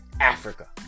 Africa